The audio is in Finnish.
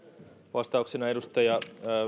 vastauksena edustaja